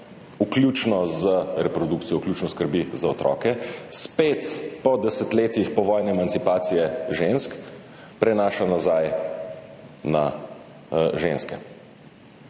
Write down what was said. vključno z reprodukcijo, vključno s skrbjo za otroke, po desetletjih povojne emancipacije žensk spet prenaša nazaj na ženske,